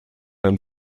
einen